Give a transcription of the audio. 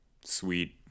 sweet